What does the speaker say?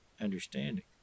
understanding